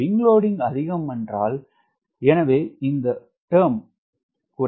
WS அதிகம் என்றால் எனவே இந்த பதம் குறைவு